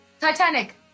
titanic